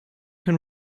can